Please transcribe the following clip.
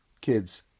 Kids